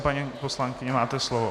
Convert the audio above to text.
Paní poslankyně, máte slovo.